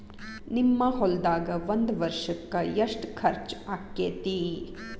ನಿಮ್ಮ ಹೊಲ್ದಾಗ ಒಂದ್ ವರ್ಷಕ್ಕ ಎಷ್ಟ ಖರ್ಚ್ ಆಕ್ಕೆತಿ?